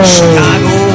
Chicago